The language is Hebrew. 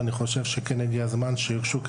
ואני חושב שהגיע הזמן שיוגשו,